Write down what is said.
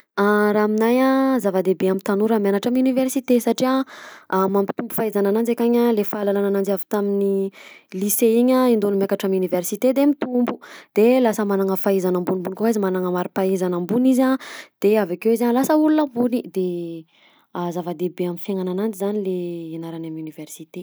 Raha aminahy a zava-dehibe amin'ny tanora mianatra amin'universite satria mampitombo fahaizana ananjy akany le fahalalana ananjy avy tamin'ny lisea iny endaony miakatra amin'universite de mitombo de lasa magnagna fahaizagna ambonimbony koa izy magnagna maripahaizana ambony izy a de avekeo izy lasa olona ambony de a zava-dehibe amin'ny fiaignana ananjy zany le hinarany amin'ny universite.